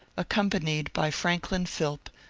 accompanied by franklin philp,